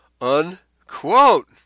unquote